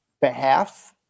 behalf